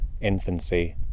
infancy